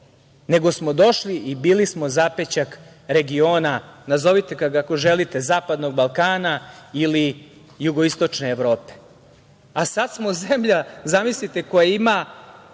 nego smo došli i bili smo zapećak regiona, nazovite ga kako želite – zapadnog Balkana ili jugoistočne Evrope. Sada smo zemlja, zamislite, koja ima